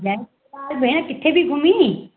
भे भेण किथे थी घुमीं